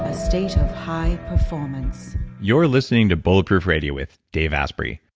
a state of high performance you're listening to bulletproof radio with dave asprey.